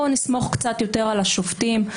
בואו נסמוך קצת יותר על השופטים.